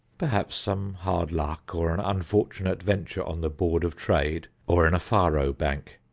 perhaps some hard luck or an unfortunate venture on the board of trade, or in a faro bank,